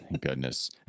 goodness